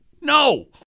No